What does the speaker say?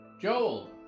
Joel